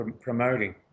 promoting